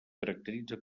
caracteritza